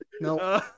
No